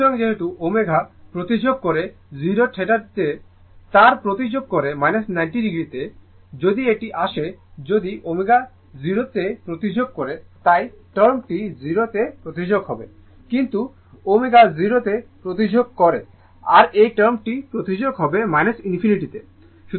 সুতরাং যেহেতু ω প্রতিঝোঁক করে 0 θ তে আর প্রতিঝোঁক করে 90o তে যদি এটি আসে যদি ω 0 তে প্রতিঝোঁক করে এই টার্ম টি 0 তে প্রতিঝোঁক হবে কিন্তু ω 0 তে প্রতিঝোঁক করে আর এই টার্ম টি প্রতিঝোঁক হবে ইনফিনিটি তে